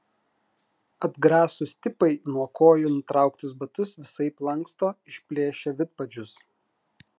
atgrasūs tipai nuo kojų nutrauktus batus visaip lanksto išplėšia vidpadžius